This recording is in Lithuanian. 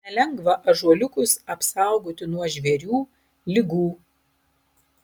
nelengva ąžuoliukus apsaugoti nuo žvėrių ligų